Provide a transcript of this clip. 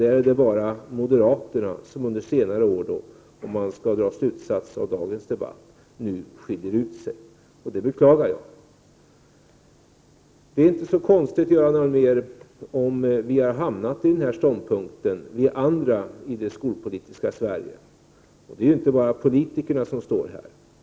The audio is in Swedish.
Där är det bara moderaterna som under senare år, om man skall dra en slutsats av dagens debatt, har skilt ut sig. Det beklagar jag. Det är inte så konstigt, Göran Allmér, om vi andra i det skolpolitiska Sverige har hamnat i denna ståndpunkt. Det är inte bara politikerna som står där.